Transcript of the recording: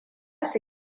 su